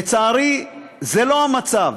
לצערי זה לא המצב.